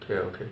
okay okay